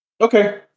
Okay